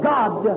God